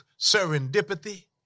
serendipity